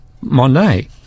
Monet